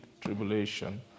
tribulation